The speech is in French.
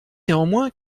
néanmoins